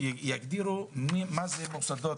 יגדירו מה זה מוסדות